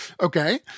Okay